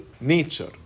nature